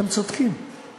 אתה יודע מה,